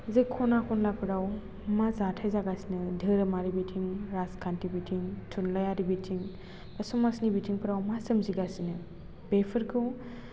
जि खना खनलाफोराव मा जाथाय जागासिनो धोहोरोमारि बिथिं राजखान्थि बिथिं थुनलाइयारि बिथिं बा समाजनि बिथिंफोराव मा सोमजिगासिनो बेफोरखौ